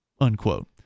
unquote